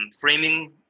framing